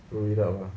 blow it up lah